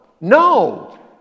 no